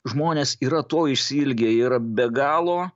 žmonės yra to išsiilgę jie yra be galo